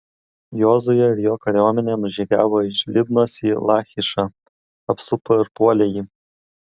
jozuė ir jo kariuomenė nužygiavo iš libnos į lachišą apsupo ir puolė jį